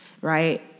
Right